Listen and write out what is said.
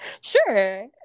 sure